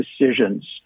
decisions